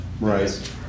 Right